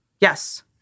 yes